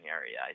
area